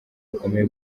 bukomeye